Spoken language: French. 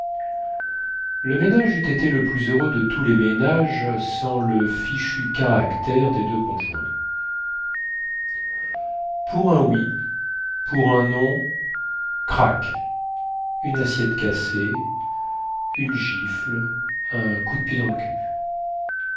le ménage eût été le plus heureux de tous les ménages sans le fichu caractère des deux conjoints pour un oui pour un non crac une assiette cassée une gifle un coup de pied dans le cul